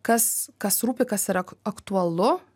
kas kas rūpi kas yra ak aktualu